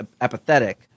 apathetic